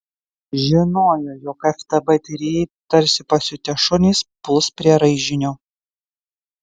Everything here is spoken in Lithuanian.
žinojo jog ftb tyrėjai tarsi pasiutę šunys puls prie raižinio